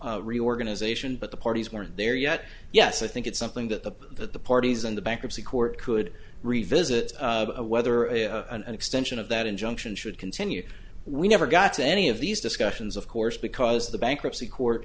consensual reorganization but the parties weren't there yet yes i think it's something that the that the parties and the bankruptcy court could revisit whether a an extension of that injunction should continue we never got to any of these discussions of course because the bankruptcy court